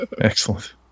Excellent